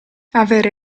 avere